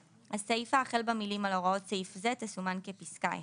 הסיפה החל במילים "על הוראות סעיף זה" תסומן כפסקה "(1)".